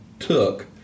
took